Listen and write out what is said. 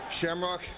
Shamrock